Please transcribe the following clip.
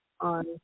on